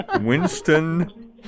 Winston